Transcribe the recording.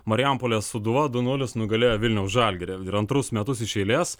marijampolės sūduva du nulis nugalėjo vilniaus žalgirį ir antrus metus iš eilės